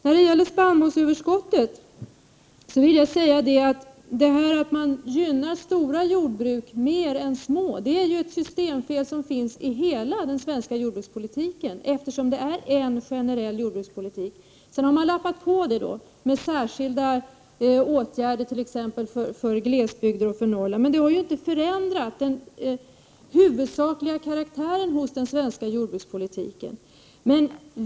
När det gäller spannmålsöverskottet vill jag säga att det förhållandet att man gynnar stora jordbruk mer än små är ett systemfel i den svenska jordbrukspolitiken i stort — vi har ju en enda generell jordbrukspolitik. Man har sedan lappat på med särskilda åtgärder för t.ex. glesbygden och Norrland, men det har inte förändrat den svenska jordbrukspolitikens huvudsakliga karaktär.